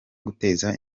guteza